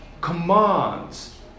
commands